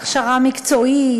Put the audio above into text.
הכשרה מקצועית,